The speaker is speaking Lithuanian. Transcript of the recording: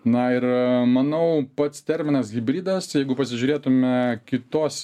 na ir manau pats terminas hibridas jeigu pasižiūrėtume kitos